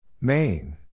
Main